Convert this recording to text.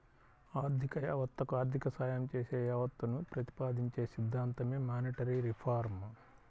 ఆర్థిక యావత్తకు ఆర్థిక సాయం చేసే యావత్తును ప్రతిపాదించే సిద్ధాంతమే మానిటరీ రిఫార్మ్